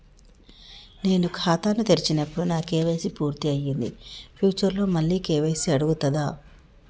నేను ఖాతాను తెరిచినప్పుడు నా కే.వై.సీ పూర్తి అయ్యింది ఫ్యూచర్ లో మళ్ళీ కే.వై.సీ అడుగుతదా?